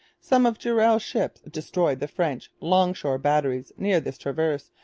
some of durell's ships destroyed the french long-shore batteries near this traverse,